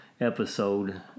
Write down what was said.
episode